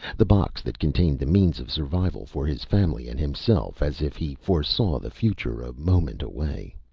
the box that contained the means of survival for his family and himself, as if he foresaw the future, a moment away.